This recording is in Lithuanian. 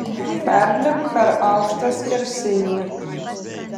perlipk per aukštą skersinį